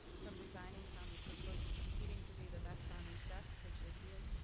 from designing sami cookbooks, competing to be the best sami chef, pictured here,